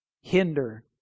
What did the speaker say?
hinder